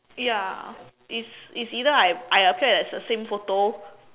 ya it's it's either I I appear as the same photo